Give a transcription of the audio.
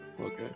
Okay